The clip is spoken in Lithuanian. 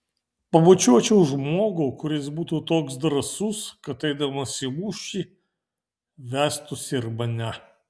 pabučiuočiau žmogų kuris būtų toks drąsus kad eidamas į mūšį vestųsi ir mane